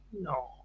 No